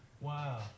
wow